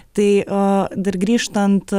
tai a dar grįžtant